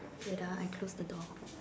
wait ah I close the door